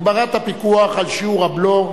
הגברת הפיקוח של שיעור הבלו),